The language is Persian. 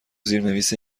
زیرنویس